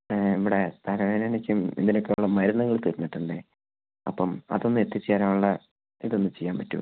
ഇവിടെ തലവേദനയ്ക്കും ഇതിനൊക്കെയുള്ള മരുന്നുകൾ തീർന്നിട്ടുണ്ടേ അപ്പം അതൊന്ന് എത്തിച്ച് തരാനുള്ള ഇതൊന്നു ചെയ്യാന് പറ്റുമോ